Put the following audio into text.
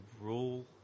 rule